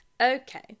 okay